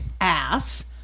ass